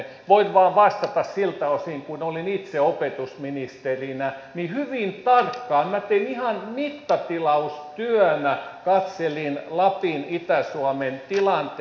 voin vastata vain siltä osin kuin olin itse opetusministerinä että hyvin tarkkaan minä tein ihan mittatilaustyönä katselin lapin itä suomen tilanteen